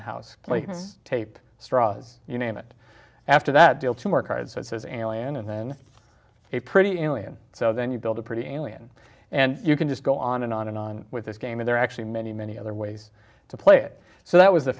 the house like a tape straws you name it after that deal two more cards that says alien and then a pretty ilian so then you build a pretty alien and you can just go on and on and on with this game is there actually many many other ways to play it so that was